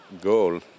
goal